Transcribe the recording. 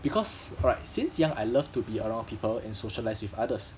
because alright since young I love to be around people and socialise with others